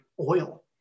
oil